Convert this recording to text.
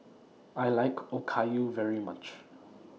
I like Okayu very much